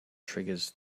triggers